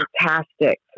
fantastic